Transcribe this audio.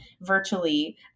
virtually